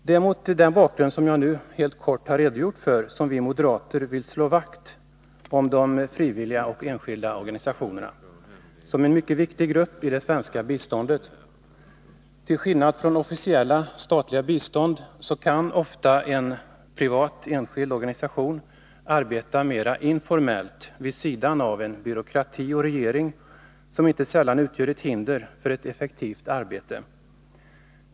Det är bl.a. mot denna bakgrund som vi moderater vill slå vakt om de frivilliga och enskilda organisationerna såsom en mycket viktig grupp i det svenska biståndet. Till skillnad från det officiella, statliga biståndet kan en enskild organisation ofta arbeta mera informellt vid sidan av en byråkrati och en regering, som inte sällan utgör ett hinder för ett effektivt arbete.